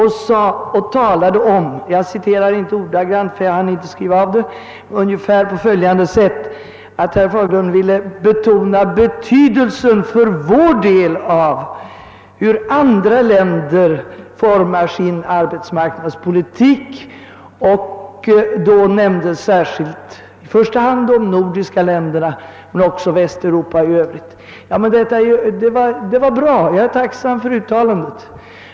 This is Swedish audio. Han sade då — jag citerar inte ordagrant, eftersom jag inte hann skriva upp det — ungefär på följande sätt: Jag vill betona betydelsen för vår del av hur andra länder formar sin arbetsmarknadspolitik. Han nämnde då i första hand de nordiska länderna men också Västeuropa i övrigt. Det var bra och jag är tacksam för detta uttalande.